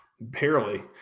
Barely